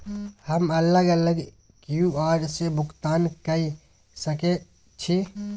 हम अलग अलग क्यू.आर से भुगतान कय सके छि?